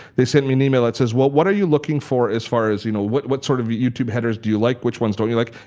they sent me an email that says, well, what are you looking for as far as you know what what sort of youtube headers do you like? which ones don't you like?